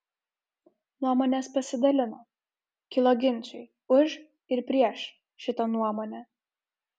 nuomonės pasidalino kilo ginčai už ir prieš šitą nuomonę